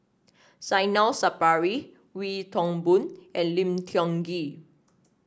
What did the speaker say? Zainal Sapari Wee Toon Boon and Lim Tiong Ghee